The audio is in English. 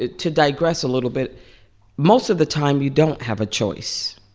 to digress a little bit most of the time, you don't have a choice.